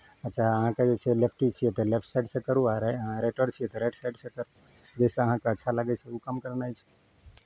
आ चाहे अहाँके जे छै लेफ्टी छियै तऽ लेफ्ट साइडसँ करू आ रा राइटर छियै तऽ राइट साइडसँ करू जइसे अहाँके अच्छा लागै छै ओ काम करनाइ छै